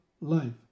life